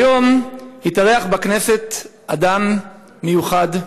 היום התארח בכנסת אדם מיוחד,